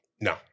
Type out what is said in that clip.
No